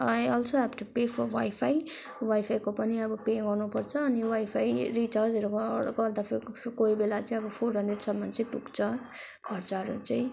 I also have to pay for wifi वाइ फाइको पनि अब पे गर्नुपर्छ अनि वाइ फाइ रिचार्जहरू उहाँहरूबाट गर्दा तपाईँको कोही बेला चाहिँ अब फोर हन्ड्रेडसम्म चाहिँ पुग्छ खर्चहरू चाहिँ